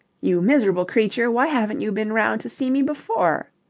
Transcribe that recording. you miserable creature, why haven't you been round to see me before?